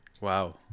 Wow